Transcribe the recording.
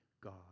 God